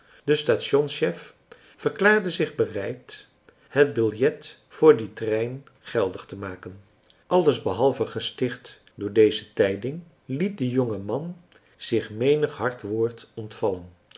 de stations chef verklaarde zich bereid het biljet voor dien trein geldig te maken allesbehalve gesticht door deze tijding liet de jonge man zich menig hard woord ontvallen